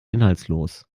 inhaltslos